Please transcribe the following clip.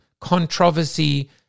controversy